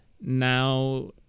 now